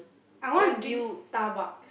I want to drink Starbucks